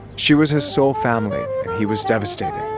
she was his sole family, and he was devastated.